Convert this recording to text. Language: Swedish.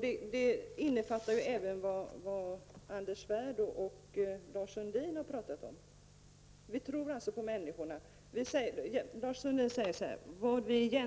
Det jag nu sagt utgör också svar på det som Anders Svärd och Lars Sundin har pratat om. Vi tror på människorna. ''Vad vi egentligen menar'', säger Lars Sundin.